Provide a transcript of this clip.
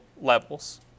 levels